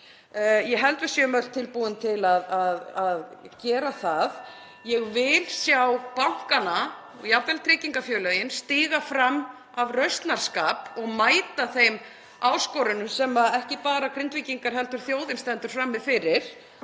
Ég held við séum öll tilbúin til að gera það. (Forseti hringir.) Ég vil sjá bankana og jafnvel tryggingafélögin stíga fram af rausnarskap og mæta þeim áskorunum sem ekki bara Grindvíkingar heldur þjóðin stendur frammi fyrir